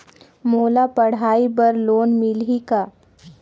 मोला पढ़ाई बर लोन मिलही का?